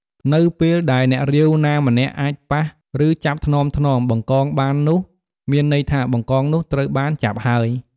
នៅពេលដែល អ្នករាវ ណាម្នាក់អាច ប៉ះ ឬចាប់ថ្នមៗ បង្កងបាននោះ មានន័យថា បង្កង នោះត្រូវបាន ចាប់ ហើយ។